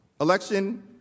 Election